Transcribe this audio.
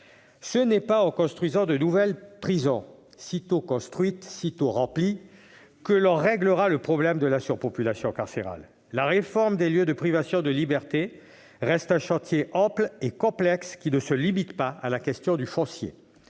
Ce n'est pas en construisant de nouvelles prisons, sitôt construites, sitôt remplies, que l'on réglera le problème de la surpopulation carcérale. Tout à fait ! La réforme des lieux de privation de liberté reste un chantier ample et complexe, qui ne se limite pas à la question du foncier.